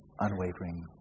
unwavering